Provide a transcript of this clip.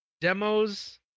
Demos